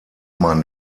man